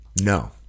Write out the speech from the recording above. No